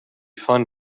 fun